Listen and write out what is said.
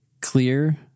clear